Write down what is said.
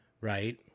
right